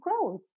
growth